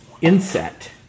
inset